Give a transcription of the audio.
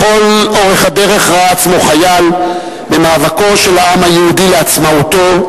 לכל אורך הדרך ראה עצמו חייל במאבקו של העם היהודי לעצמאותו,